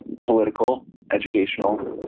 political, educational,